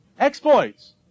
exploits